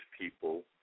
people